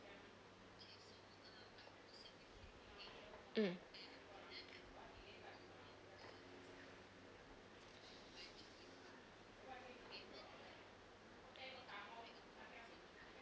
mm